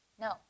No